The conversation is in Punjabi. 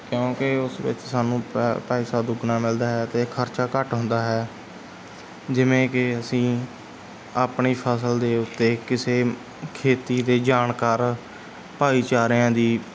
ਕਿਉਂਕਿ ਉਸ ਵਿੱਚ ਸਾਨੂੰ ਪੈ ਪੈਸਾ ਦੁੱਗਣਾ ਮਿਲਦਾ ਹੈ ਅਤੇ ਖਰਚਾ ਘੱਟ ਹੁੰਦਾ ਹੈ ਜਿਵੇਂ ਕਿ ਅਸੀਂ ਆਪਣੀ ਫਸਲ ਦੇ ਉੱਤੇ ਕਿਸੇ ਖੇਤੀ ਦੇ ਜਾਣਕਾਰ ਭਾਈਚਾਰਿਆਂ ਦੀ